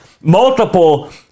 multiple